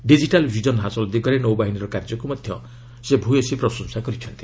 digital vision ହାସଲ ଦିଗରେ ନୌବାହିନୀର କାର୍ଯ୍ୟକୁ ମଧ୍ୟ ସେ ପ୍ରଶଂସା କରିଛନ୍ତି